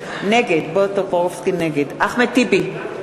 נגד אחמד טיבי,